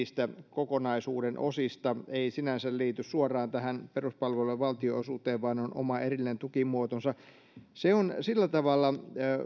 kokonaisuuden osista eikä sinänsä liity suoraan tähän peruspalvelujen valtionosuuteen vaan on oma erillinen tukimuotonsa se on sillä tavalla